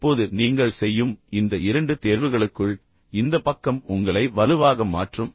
இப்போது நீங்கள் செய்யும் இந்த 2 தேர்வுகளுக்குள் இந்த பக்கம் உங்களை வலுவாக மாற்றும்